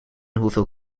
hoeveel